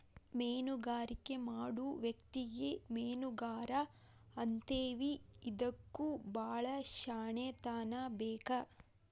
ಮೇನುಗಾರಿಕೆ ಮಾಡು ವ್ಯಕ್ತಿಗೆ ಮೇನುಗಾರಾ ಅಂತೇವಿ ಇದಕ್ಕು ಬಾಳ ಶ್ಯಾಣೆತನಾ ಬೇಕ